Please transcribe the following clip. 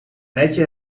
netje